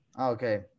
okay